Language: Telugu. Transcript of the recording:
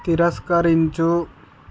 తిరస్కరించు